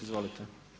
Izvolite.